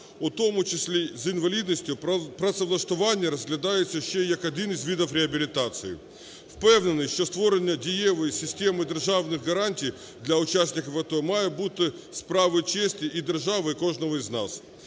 у тому числі з інвалідністю, працевлаштування розглядається ще і як один із видів реабілітації. Впевнений, що створення дієвої системи державних гарантій для учасників АТО має бути справою чесні і держави, і кожного із нас.